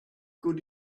good